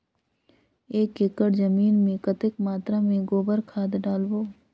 एक एकड़ जमीन मे कतेक मात्रा मे गोबर खाद डालबो?